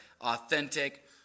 authentic